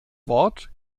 wort